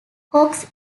cox